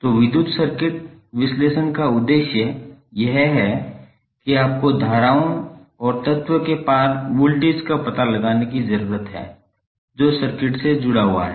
तो विद्युत सर्किट विश्लेषण का उद्देश्य यह है कि आपको धाराओं और तत्व के पार वोल्टेज का पता लगाने की जरूरत है जो सर्किट से जुड़ा हुआ है